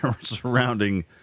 surrounding